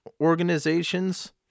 organizations